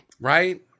Right